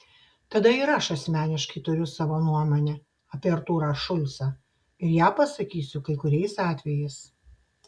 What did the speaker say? tada ir aš asmeniškai turiu savo nuomonę apie artūrą šulcą ir ją pasakysiu kai kuriais atvejais